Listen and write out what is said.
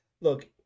Look